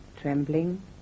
trembling